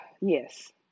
yes